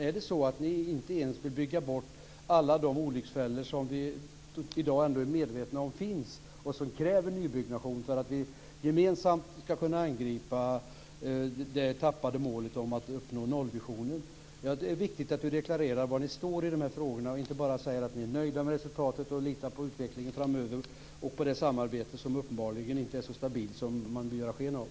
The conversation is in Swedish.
Är det så att ni inte ens vill bygga bort alla de olycksfällor som vi i dag ändå är medvetna om finns och som kräver nybyggnation för att vi gemensamt ska kunna angripa det tappade målet att uppnå nollvisionen? Det är viktigt, Mikael Johansson, att ni deklarerar var ni står i de här frågorna och inte bara säger att ni är nöjda med resultatet och att ni litar på utvecklingen framöver och på det samarbete som uppenbarligen inte är så stabilt som man vill göra sken av.